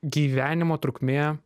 gyvenimo trukmė